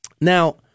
Now